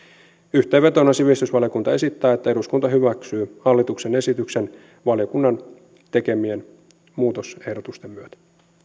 yhteenvetona sivistysvaliokunta esittää että eduskunta hyväksyy hallituksen esityksen valiokunnan tekemien muutosehdotusten myötä